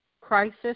crisis